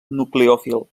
nucleòfil